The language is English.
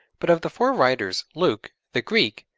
but of the four writers, luke, the greek,